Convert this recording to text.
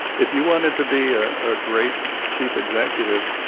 if you wanted to be a ah great chief executive,